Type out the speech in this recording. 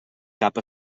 cap